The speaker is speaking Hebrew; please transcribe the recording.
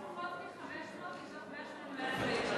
פחות מ-500, מתוך בערך 180,000 לידות.